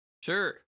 Sure